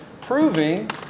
proving